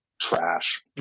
trash